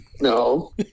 no